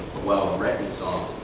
a well-written song,